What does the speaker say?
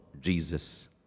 Jesus